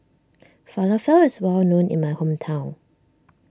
Falafel is well known in my hometown